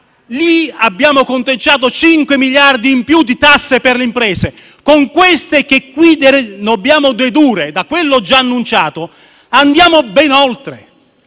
Lì abbiamo calcolato 5 miliardi in più di tasse per le imprese; con quelle che qui dobbiamo dedurre, da quanto già annunciato, andiamo ben oltre.